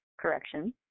Correction